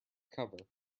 cover